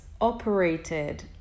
operated